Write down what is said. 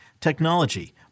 technology